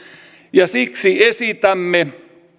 ja siksi esitämme